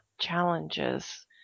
challenges